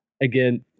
again